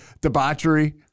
debauchery